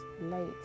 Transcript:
late